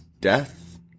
death